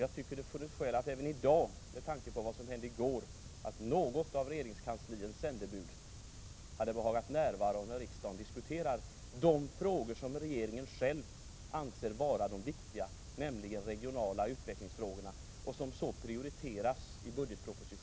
Jag tycker att det hade funnits skäl att även i dag, med tanke på vad som hände i går, något av regeringskansliets sändebud hade behagat närvara och när riksdagen diskuterade de frågor som regeringen själv anser vara viktiga, nämligen de regionala utvecklingsfrågorna, som så prioriterats i budgetpropositionen.